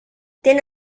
tiene